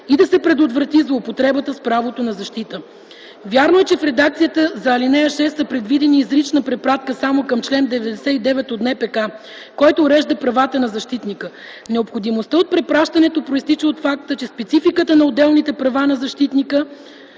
и да се предотврати злоупотребата с правото на защита. Вярно е, че в редакцията за ал. 6 се предвижда изрична препратка само към чл. 99 от НПК, който урежда правата на защитника. Необходимостта от препращането произтича от факта, че спецификата на отделните права на защитника